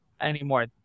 anymore